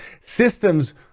systems